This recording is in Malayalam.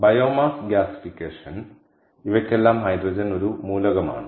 ബയോമാസ് ഗ്യാസിഫിക്കേഷൻ ഇവയ്ക്കെല്ലാം ഹൈഡ്രജൻ ഒരു മൂലകമാണ്